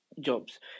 jobs